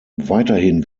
weiterhin